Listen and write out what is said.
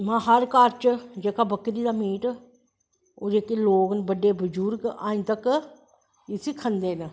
इयां हर घर च जेह्का बकरी दा मीट ओह् जेह्के लोग न बड्डे बजुर्ग अज़ें तक्कर इसी खंदे न